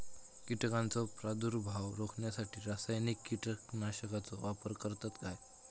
कीटकांचो प्रादुर्भाव रोखण्यासाठी रासायनिक कीटकनाशकाचो वापर करतत काय?